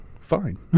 fine